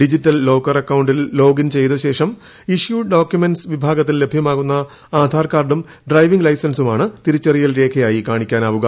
digital locker അക്കൌണ്ടിൽ login ചെയ്ത ശേഷം ഇഷ്യൂഡ് ഡോക്യു മെന്റ്സ് വിഭാഗത്തിൽ ലഭ്യമാകുന്ന ആധാർകാർഡും ഡ്രൈവിംഗ് ലെസൻസും ആണ് തിരിച്ചറിയൽ രേഖയായി കാണിക്കാനാവുക